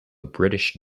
british